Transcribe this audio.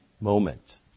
moment